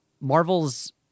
Marvel's